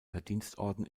verdienstorden